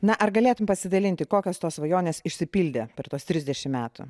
na ar galėtum pasidalinti kokios tos svajonės išsipildė per tuos trisdešimt metų